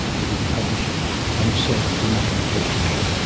they wouldn't publish it and said we're not going to take action,